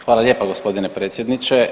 Hvala lijepa gospodine predsjedniče.